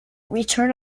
return